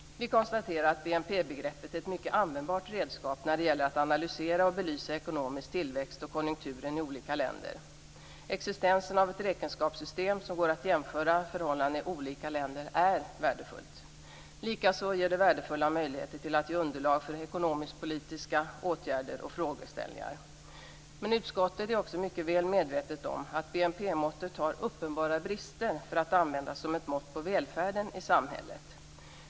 Vi konstaterar att BNP-begreppet är ett mycket användbart redskap när det gäller att analysera och belysa ekonomisk tillväxt och konjunkturen i olika länder. Existensen av ett räkenskapssystem som gör att förhållandena i olika länder går att jämföra är värdefullt. Det ger även värdefulla möjligheter till underlag för ekonomisk-politiska åtgärder och frågeställningar. Utskottet är också mycket väl medvetet om att BNP-måttet har uppenbara brister om man skall använda det som ett mått på välfärden i samhället.